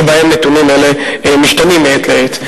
שבהם נתונים אלה משתנים מעת לעת.